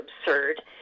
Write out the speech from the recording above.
absurd